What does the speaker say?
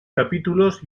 capítulos